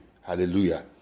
Hallelujah